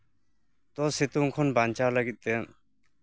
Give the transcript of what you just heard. ᱛᱚ ᱥᱤᱛᱩᱝ ᱠᱷᱚᱱ ᱵᱟᱧᱪᱟᱣ ᱞᱟᱹᱜᱤᱫ ᱛᱮ